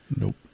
Nope